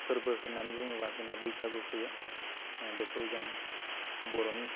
फोरबो होन्नानै बुङोबा जोंना बैसागु फैयो बेखौ जों बर'नि